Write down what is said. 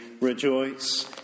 rejoice